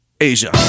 Asia